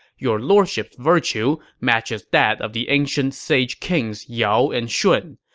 your lordship's virtue matches that of the ancient sage kings yao and shun,